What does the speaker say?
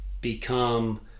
become